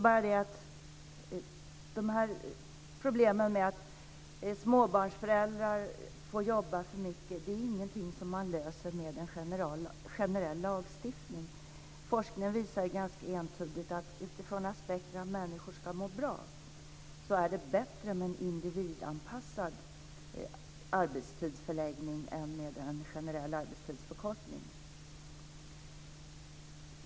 Men problemen med småbarnsföräldrar som får jobba för mycket är inte något som man löser med en generell lagstiftning. Forskningen visar ganska entydigt att det utifrån aspekten att människor ska må bra är bättre med en individanpassad arbetstidsförläggning än med en generell arbetstidsförkortning.